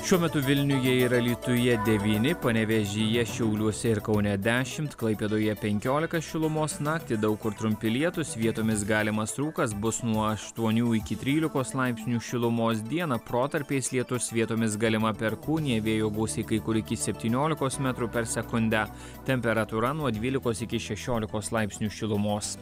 šiuo metu vilniuje ir alytuje devyni panevėžyje šiauliuose ir kaune dešimt klaipėdoje penkiolika šilumos naktį daug kur trumpi lietūs vietomis galimas rūkas bus nuo aštuonių iki trylikos laipsnių šilumos dieną protarpiais lietus vietomis galima perkūnija vėjo gūsiai kai kur iki septyniolikos metrų per sekundę temperatūra nuo dvylikos iki šešiolikos laipsnių šilumos